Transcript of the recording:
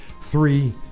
three